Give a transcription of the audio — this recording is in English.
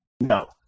no